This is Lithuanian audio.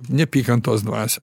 neapykantos dvasią